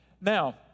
Now